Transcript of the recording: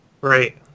Right